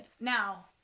Now